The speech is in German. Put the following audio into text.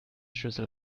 schüssel